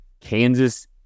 Kansas